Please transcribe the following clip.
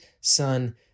son